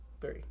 three